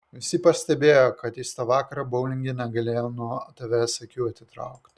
visi pastebėjo kad jis tą vakarą boulinge negalėjo nuo tavęs akių atitraukti